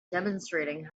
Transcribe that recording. demonstrating